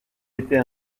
etait